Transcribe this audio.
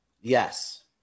Yes